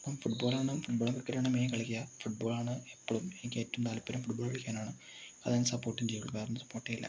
football ആണ് ഫുട്ബോളും ക്രിക്കറ്റും ആണ് മെയിൻ കളിക്കുക ഫുട്ബോൾ ആണ് എപ്പോഴും എനിക്ക് ഏറ്റവും താല്പര്യം ഫുട്ബോൾ കളിക്കാൻ ആണ് അതേ ഞാൻ സപ്പോർട്ടും ചെയ്യുള്ളൂ വേറൊന്നും സപ്പോർട്ട് ചെയ്യില്ല